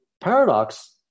paradox